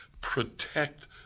protect